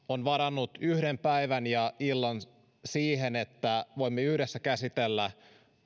on varannut yhden päivän ja illan siihen että voimme yhdessä käsitellä